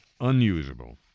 unusable